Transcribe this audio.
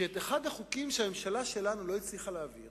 שאת אחד החוקים שהממשלה שלנו לא הצליחה להעביר